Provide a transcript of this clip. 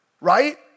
Right